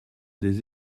des